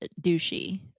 douchey